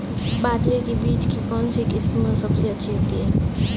बाजरे के बीज की कौनसी किस्म सबसे अच्छी होती है?